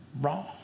Wrong